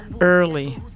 early